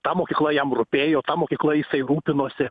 ta mokykla jam rūpėjo ta mokykla jisai rūpinosi